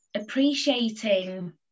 appreciating